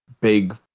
big